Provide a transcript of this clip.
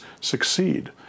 succeed